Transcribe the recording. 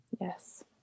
Yes